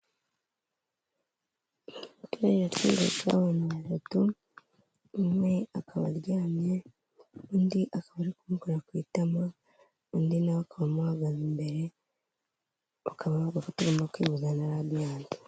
Iyi foto iratwereka abantu batatu, umwe akaba aryamye undi akaba ari ku mukora ku itama, undi nawe akaba amuhangaze imbere akaba ari uburyo bwo kwivuza na radiyanti.